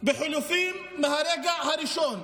בחילופים מהרגע הראשון,